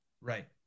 Right